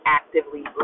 actively